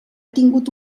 tingut